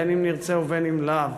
אם נרצה ואם לאו,